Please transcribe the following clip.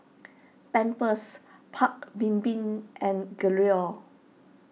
Pampers Paik's Bibim and Gelare